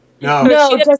No